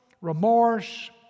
remorse